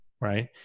Right